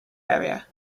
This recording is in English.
area